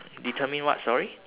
determine what sorry